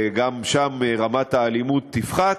וגם שם רמת האלימות תפחת,